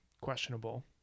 questionable